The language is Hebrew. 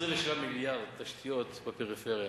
אנחנו גם שומעים על תשתיות אדירות,